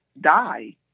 die